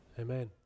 Amen